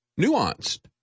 nuanced